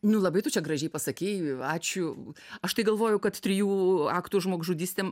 nu labai tu čia gražiai pasakei ačiū aš tai galvoju kad trijų aktų žmogžudystėm